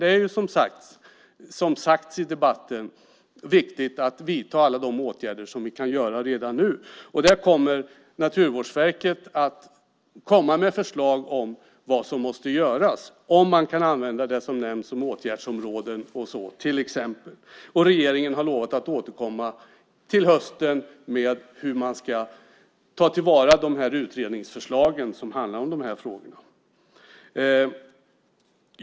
Det är som sagts i debatten viktigt att vidta alla de åtgärder som vi kan göra redan nu. Här kommer Naturvårdsverket att komma med förslag till vad som måste göras och om man till exempel kan använda det som nämnts som åtgärdsområden. Regeringen har lovat att återkomma till hösten med hur man ska ta till vara de utredningsförslag som handlar om de här frågorna.